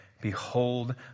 Behold